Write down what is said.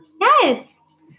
Yes